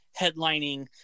headlining